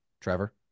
Trevor